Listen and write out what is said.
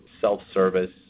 self-service